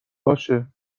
باشه